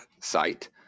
site